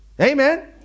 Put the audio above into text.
Amen